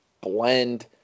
blend